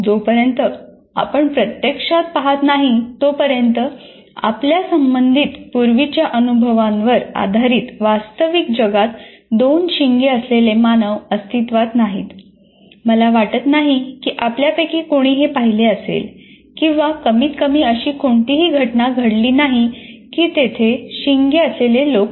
जोपर्यंत आपण प्रत्यक्षात पाहत नाही तोपर्यंत आपल्या संबंधित पूर्वीच्या अनुभवावर आधारित वास्तविक जगात दोन शिंगे असलेले मानव अस्तित्वात नाहीत मला वाटत नाही की आपल्यापैकी कोणी हे पाहिले असेल किंवा कमीतकमी अशी कोणतीही घटना घडली नाही की तेथे शिंगे असलेले लोक आहेत